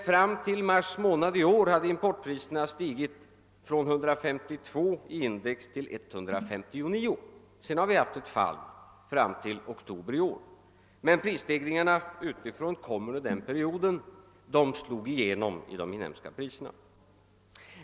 Fram till mars månad i år hade emellertid importpriserna stigit från 152 i index till 159 — sedan har vi haft ett fall fram till oktober i år — men prisstegringarna utifrån under den perioden slog igenom i de inhemska priserna.